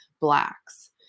Blacks